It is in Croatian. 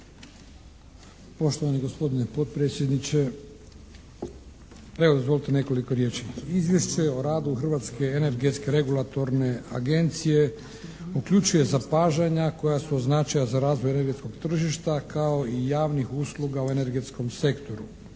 Poštovani gospodine potpredsjedniče! Evo, dozvolite nekoliko riječi. Izvješće o radu Hrvatske energetske regulatorne agencije uključuje zapažanja koja su od značaja za razvoj energetskog tržišta kao i javnih usluga u energetskom sektoru.